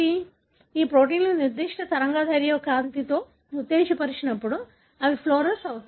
కాబట్టి మీరు ఈ ప్రోటీన్లను నిర్దిష్ట తరంగదైర్ఘ్య కాంతితో ఉత్తేజపరిచినప్పుడు అవి ఫ్లోరోస్ అవుతాయి